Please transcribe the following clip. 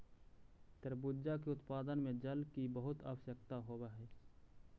तरबूजा के उत्पादन में जल की बहुत आवश्यकता होवअ हई